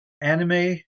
anime